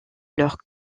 leurs